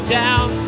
down